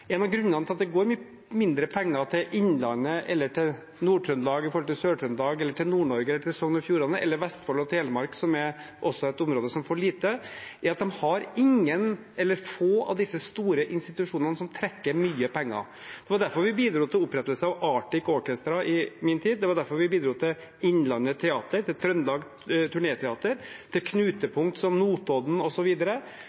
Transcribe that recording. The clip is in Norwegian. En av grunnene til at det går mye mindre penger til Innlandet eller til Nord-Trøndelag i forhold til Sør-Trøndelag, eller til Nord-Norge eller til Sogn og Fjordane eller Vestfold og Telemark, som også er et område som får lite, er at de har ingen eller få av disse store institusjonene som trekker mye penger. Det var derfor vi bidro til opprettelse av Arktisk Filharmoni i min tid, det var derfor vi bidro til Innlandet Teater, til Turnéteatret i Trøndelag, til